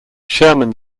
sherman